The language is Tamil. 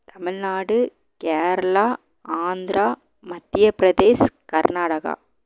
தமிழ்நாடு கேரளா ஆந்திரா மத்திய பிரதேஷ் கர்நாடகா